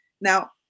Now